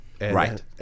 Right